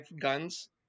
guns